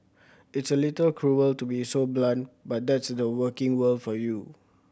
it's a little cruel to be so blunt but that's the working world for you